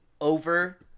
over